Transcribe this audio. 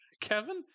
Kevin